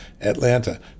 Atlanta